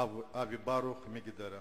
אבי ברוך מגדרה.